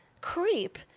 creep